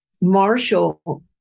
Marshall